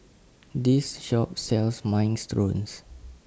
This Shop sells Minestrones